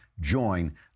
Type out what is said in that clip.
join